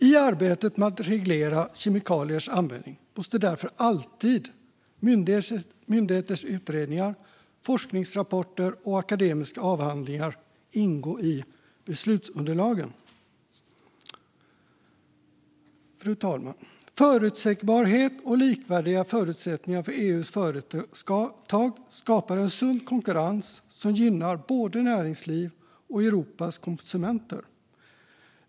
I arbetet med att reglera kemikaliers användning måste därför alltid myndigheters utredningar, forskningsrapporter och akademiska avhandlingar ingå i beslutsunderlagen. Fru talman! Förutsägbarhet och likvärdiga förutsättningar för EU:s företag skapar en sund konkurrens som gynnar både näringsliv och Europas konsumenter.